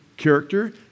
character